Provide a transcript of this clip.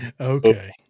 Okay